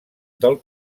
del